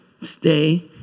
Stay